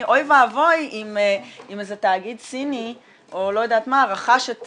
אוי ואבוי אם איזה תאגיד סיני או לא יודעת מה רכש את